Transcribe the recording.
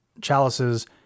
chalices